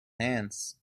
hands